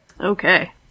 Okay